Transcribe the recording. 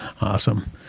Awesome